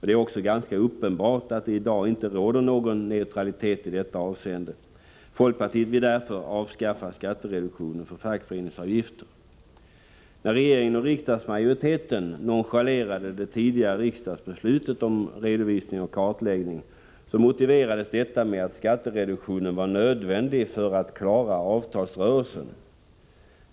Det är också ganska uppenbart att det i dag inte råder någon neutralitet i detta avseende. Folkpartiet vill därför avskaffa skattereduktionen för fackföreningsavgifter. När regeringen och riksdagsmajoriteten nonchalerade det tidigare riksdagsbeslutet om redovisning och kartläggning, motiverades detta med att skattereduktionen var nödvändig för att klara avtalsrörelsen.